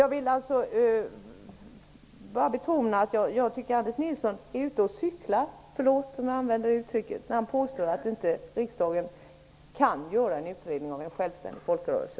Jag vill bara betona att jag tycker att Anders Nilsson är ute och cyklar -- om uttrycket tillåts -- när han påstår att riksdagen inte kan tillsätta en utredning av en självständig folkrörelse.